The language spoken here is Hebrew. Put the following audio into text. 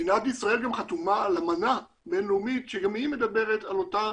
מדינת ישראל גם חתומה על אמנה בין-לאומית שגם היא מדברת על אותה